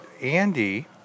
Andy